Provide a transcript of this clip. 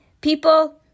people